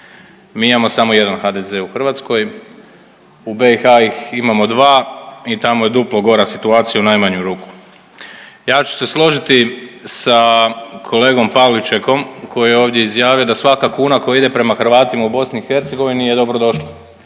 Mi imamo samo jedan HDZ u Hrvatskoj u BiH ih imamo dva i tamo je duplo gora situacija u najmanju ruku. Ja ću se složiti sa kolegom Pavličekom koji je ovdje izjavio da svaka kuna koja ide prema Hrvatima u BiH je dobrodošla